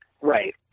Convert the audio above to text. Right